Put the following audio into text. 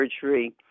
surgery